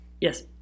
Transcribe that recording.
Yes